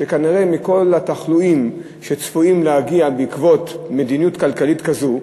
שכנראה מכל התחלואים שצפויים להגיע בעקבות מדיניות כלכלית כזו,